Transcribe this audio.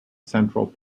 central